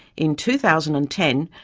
in two thousand and ten,